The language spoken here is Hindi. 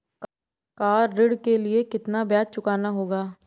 कार ऋण के लिए कितना ब्याज चुकाना होगा?